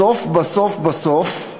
בסוף בסוף בסוף,